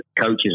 coaches